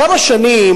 כמה שנים,